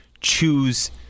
choose